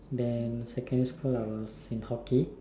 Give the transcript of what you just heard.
then secondary school I was in hockey